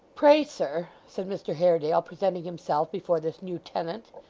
pray, sir said mr haredale, presenting himself before this new tenant,